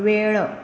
वेळ